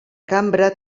cambra